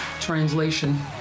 translation